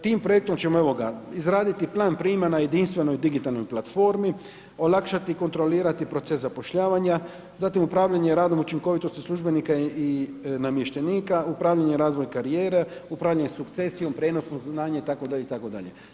Tim projektom ćemo evo ga izraditi plan prijma na jedinstvenoj digitalnoj platformi, olakšati, kontrolirati proces zapošljavanja, zatim upravljanje radom, učinkovitosti službenika i namještenika, upravljanje i razvoj karijere, upravljanje sukcesijom, prijenosno znanje itd., itd.